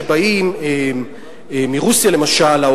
שבאים מרוסיה למשל,